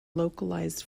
localized